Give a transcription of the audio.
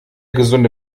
gesunde